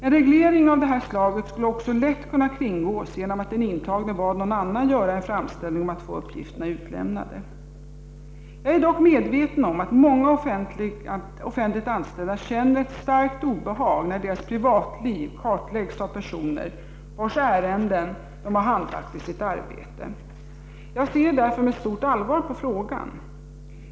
En reglering av detta slag skulle också lätt kunna kringgås genom att den intagne bad någon annan göra en framställning om att få uppgifterna utlämnade. Jag är dock medveten om att många offentligt anställda känner ett starkt obehag när deras privatliv kartläggs av personer vilkas ärenden de har handlagt i sitt arbete. Jag ser därför med stort allvar på frågan.